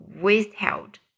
withheld